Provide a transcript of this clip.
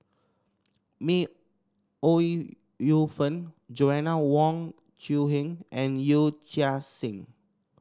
May Ooi Yu Fen Joanna Wong Quee Heng and Yee Chia Hsing